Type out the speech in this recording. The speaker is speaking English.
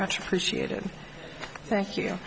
much appreciated thank you